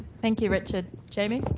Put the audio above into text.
thank you richard. jamie?